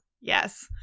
yes